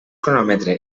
cronòmetre